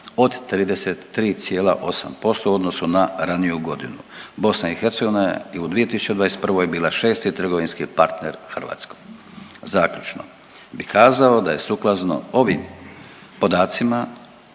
od 33,8% u odnosu na raniju godinu. BiH je i u 2021. bila šesti trgovinski partner u Hrvatskoj. Zaključno bih kazao da je sukladno ovim podacima